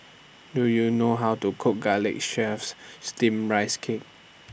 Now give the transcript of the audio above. Do YOU know How to Cook Garlic Chives Steamed Rice Cake